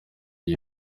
iyi